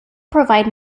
provide